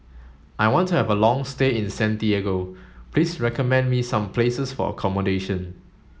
I want to have a long stay in Santiago please recommend me some places for accommodation